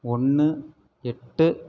ஒன்று எட்டு